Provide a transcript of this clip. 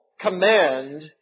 command